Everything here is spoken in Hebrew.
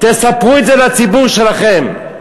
תספרו את זה לציבור שלכם.